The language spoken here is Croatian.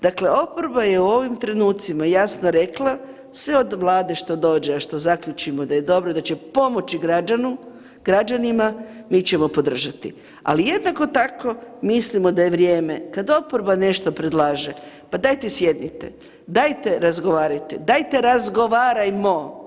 Dakle, oporba je u ovim trenucima jasno rekla sve od Vlade što dođe, a što zaključimo da je dobro da će pomoći građanu, građanima mi ćemo podržati, ali jednako tako mislimo da je vrijeme kad oporba nešto predlaže, pa dajte sjednite, dajte razgovarajte, dajte razgovarajmo.